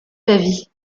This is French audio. d’avis